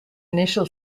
initial